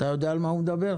אתה יודע על מה הוא מדבר?